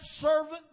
servant